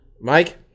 Mike